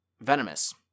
Venomous